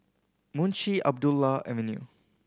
Munshi Abdullah Avenue